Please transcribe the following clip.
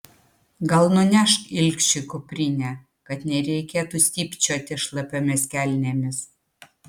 gal nunešk ilgšiui kuprinę kad nereikėtų stypčioti šlapiomis kelnėmis